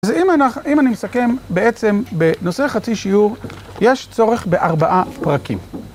אז אם אני מסכם בעצם בנושא חצי שיעור יש צורך בארבעה פרקים.